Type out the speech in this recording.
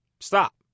stop